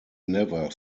never